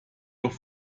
auch